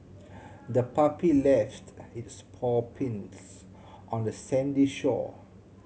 the puppy left its paw prints on the sandy shore